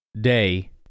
day